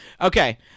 Okay